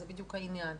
זה בדיוק העניין.